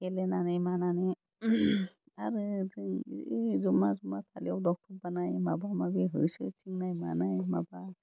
गेलेनानै मानानै आरो जों होइ जमा जमा फालोआव दाउथु बानाय माबा माबि होसोथिंनाय मानाय माबा